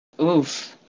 Oof